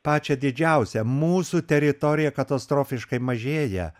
pačią didžiausią mūsų teritorija katastrofiškai mažėja